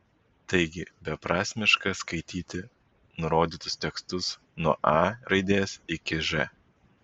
taigi beprasmiška skaityti nurodytus tekstus nuo a raidės iki ž